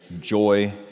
joy